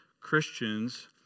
Christians